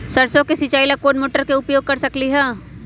सरसों के सिचाई ला कोंन मोटर के उपयोग कर सकली ह?